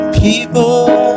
people